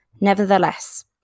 Nevertheless